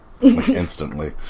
instantly